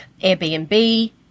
Airbnb